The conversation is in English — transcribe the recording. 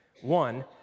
One